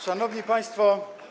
Szanowni Państwo!